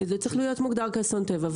זה צריך להיות מוגדר כאסון טבע,